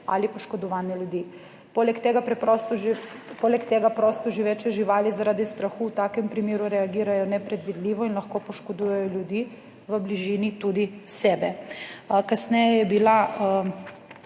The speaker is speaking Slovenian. ali poškodovanje ljudi. Poleg tega prosto živeče živali zaradi strahu v takem primeru reagirajo nepredvidljivo in lahko poškodujejo ljudi v bližini, tudi sebe. Kasneje je bil